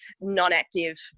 non-active